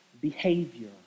behavior